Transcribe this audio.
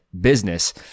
business